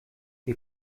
wie